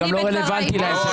זה גם לא רלוונטי להם.